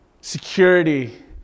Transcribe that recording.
security